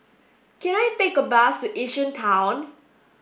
can I take a bus to Yishun Town